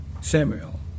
Samuel